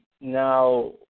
Now